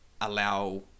allow